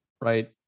right